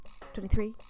twenty-three